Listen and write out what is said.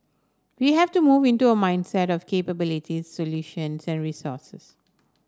we have to move into a mindset of capabilities solutions and resources